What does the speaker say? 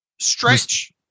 stretch